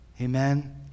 Amen